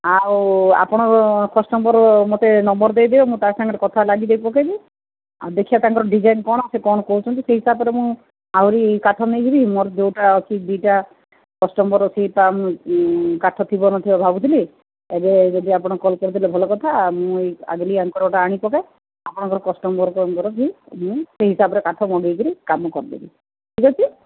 ଆଉ ଆପଣ କଷ୍ଟମର୍ ମୋତେ ନମ୍ବର୍ ଦେଇଦେବେ ମୁଁ ତା ସାଙ୍ଗରେ କଥା ପକେଇବି ଆଉ ଦେଖିବା ତାଙ୍କର ଡିଜାଇନ୍ କ'ଣ ସେ କ'ଣ କହୁଛନ୍ତି ସେଇ ହିସାବରେ ମୁଁ ଆହୁରି କାଠ ନେଇଯିବି ମୋର ଯୋଉଟା ଅଛି ଦୁଇଟା କଷ୍ଟମର୍ ଅଛନ୍ତି ତା କାଠ ଥିବ ନଥିବ ଭାବୁଥିଲି ଏବେ ଯଦି ଆପଣ କଲ୍ କରିଦେଲେ ଭଲ କଥା ମୁଁ ଏଇ ଆଣି ପକାଏ ଆପଣଙ୍କର କଷ୍ଟମର୍ଙ୍କ ନମ୍ବର୍ ବି ମୁଁ ସେଇ ହିସାବରେ କାଠ ବନ୍ଧେଇକରି କାମ କରିଦେବି ଠିକ୍ ଅଛି